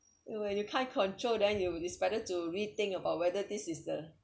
when you can't control then you it's better to rethink about whether this is the